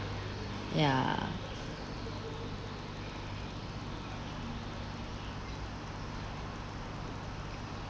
ya